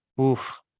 Oof